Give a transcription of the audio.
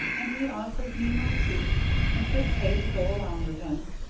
and he offered me my keep and good pay to go along with him.